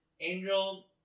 Angel